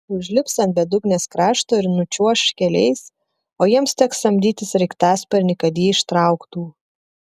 užlips ant bedugnės krašto ir nučiuoš keliais o jiems teks samdyti sraigtasparnį kad jį ištrauktų